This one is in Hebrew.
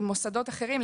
ממוסדות אחרים,